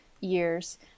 years